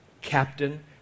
Captain